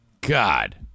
God